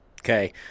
Okay